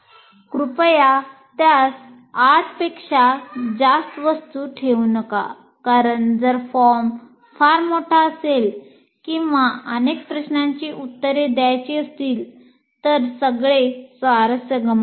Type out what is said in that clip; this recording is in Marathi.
कृपया त्यास 8 पेक्षा जास्त वस्तू ठेवू नका कारण जर फॉर्म फार मोठा असेल किंवा अनेक प्रश्नांची उत्तरे द्यायची असतील तर सगळे स्वारस्य गमावतील